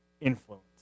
influence